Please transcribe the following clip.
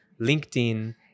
LinkedIn